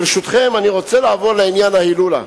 ברשותכם, אני רוצה לעבור לעניין ההילולה.